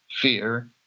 fear